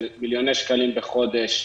של מיליוני שקלים בחודש,